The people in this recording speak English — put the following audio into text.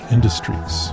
Industries